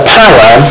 power